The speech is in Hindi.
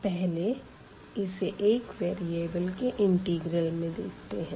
पहले इसे एक वेरीअबल के इंटिग्रल में देखते है